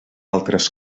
altres